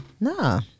Nah